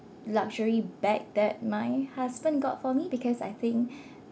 luxury bag that my husband got for me because I think